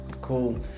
Cool